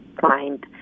find